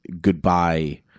goodbye